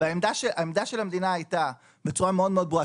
העמדה של המדינה הייתה בצורה מאוד ברורה,